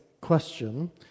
question